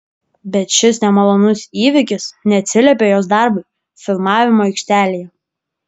bet šis nemalonus įvykis neatsiliepė jos darbui filmavimo aikštelėje